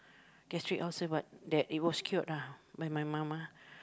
gastric ulcer but that it was cured ah by my mum ah